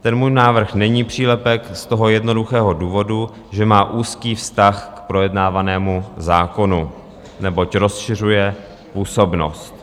Ten můj návrh není přílepek z toho jednoduchého důvodu, že má úzký vztah k projednávanému zákonu, neboť rozšiřuje působnost.